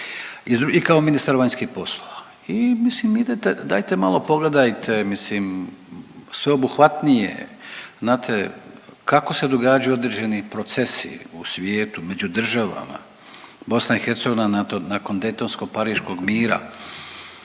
i kao ministar vanjskih poslova. I mislim idete, dajte malo pogledajte mislim sveobuhvatnije znate kako se događaju određeni procesi u svijetu, među državama. BiH nakon Daytonsko-pariškog mira